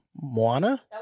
Moana